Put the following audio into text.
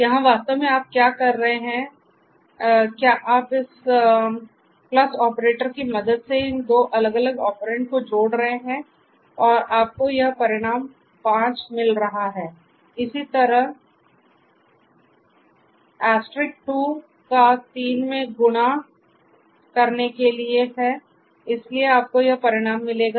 तो यहाँ वास्तव में आप क्या कर रहे हैं क्या आप इस ऑपरेटर की मदद से इन दो अलग अलग ऑपरेंड को जोड़ रहे हैं और आपको यह परिणाम 5 मिल रहा है इसी तरह 2 का 3 में गुणा करने के लिए है इसलिए आपको यह परिणाम मिलेगा